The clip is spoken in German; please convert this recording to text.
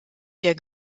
der